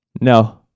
No